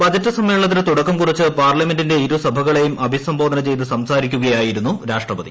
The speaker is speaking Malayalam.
ബജറ്റ് സമ്മേളനത്തിന് തുടക്കം കുറിച്ച് പാർലമെന്റിന്റെ ് ഇരു സഭകളെയും അഭിസംബോധന ചെയ്ത് സംസാരിക്കുകയായിരുന്നു രാഷ്ട്രപതി